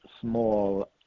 small